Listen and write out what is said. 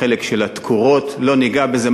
בחלק של התקורות, לא ניגע בזה.